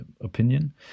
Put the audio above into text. opinion